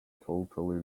totally